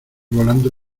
volando